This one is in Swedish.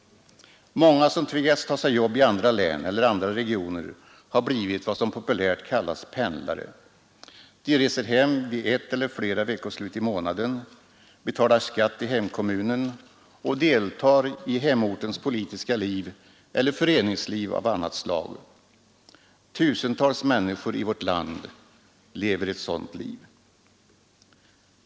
Många som tvingats ta sig jobb i andra län eller andra regioner har blivit vad som populärt kallas pendlare. De reser hem vid ett eller flera veckoslut i månaden, betalar skatt i kommunen och deltar i hemortens politiska liv eller föreningsliv av annat slag. Tusentals människor i vårt land lever ett sådant liv.